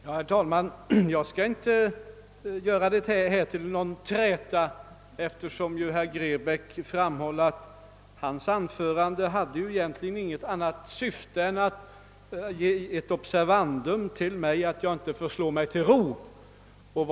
Herr talman! Jag skall inte göra detta meningsutbyte till någon träta, eftersom herr Grebäck framhållit att hans anförande egentligen inte hade något annat syfte än att vara ett observandum för mig att jag inte får slå mig till ro.